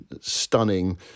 stunning